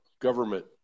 government